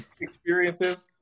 experiences